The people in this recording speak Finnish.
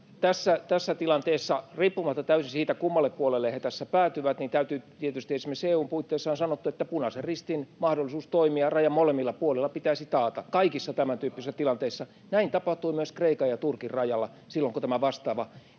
Tässä tilanteessa, riippumatta täysin siitä, kummalle puolelle he tässä päätyvät, tietysti esimerkiksi EU:n puitteissa on sanottu, että Punaisen Ristin mahdollisuus toimia rajan molemmilla puolilla pitäisi taata kaikissa tämäntyyppisissä tilanteissa. [Oikealta: Totta kai!] Näin tapahtui myös Kreikan ja Turkin rajalla silloin, kun tämä vastaava